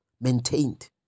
maintained